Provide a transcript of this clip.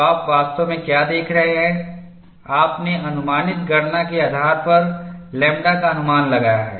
तो आप वास्तव में क्या देख रहे हैं आपने अनुमानित गणना के आधार पर लैम्ब्डा का अनुमान लगाया है